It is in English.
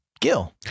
Gil